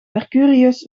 mercurius